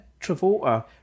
travolta